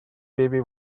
baby